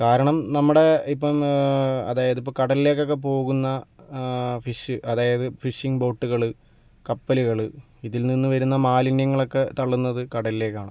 കാരണം നമ്മുടെ ഇപ്പം അതായത് ഇപ്പം കടൽലേക്കൊക്കെ പോകുന്ന ഫിഷ് അതായത് ഫിഷിംഗ് ബോട്ടുകള് കപ്പലുകള് ഇതിൽ നിന്ന് വരുന്ന മാലിന്യങ്ങളൊക്കെ തള്ളുന്നത് കടലിലേക്കാണ്